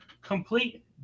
complete